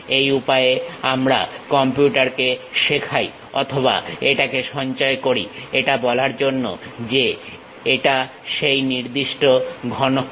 এই উপায়ে আমরা কম্পিউটারকে শেখাই অথবা এটাকে সঞ্চয় করি এটা বলার জন্য যে এটা সেই নির্দিষ্ট ঘনকের